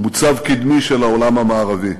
מוצב קדמי של העולם המערבי.